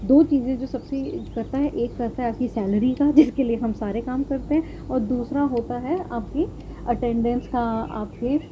دو چیزیں جو سب سے کرتا ہے ایک کرتا ہے آپ کی سیلری کا جس کے لیے ہم سارے کام کرتے ہیں اور دوسرا ہوتا ہے آپ کی اٹینڈنس کا آپ کے